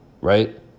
right